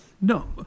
no